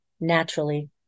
naturally